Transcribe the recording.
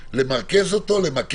זה כל מה שביקשתי.